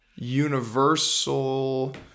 universal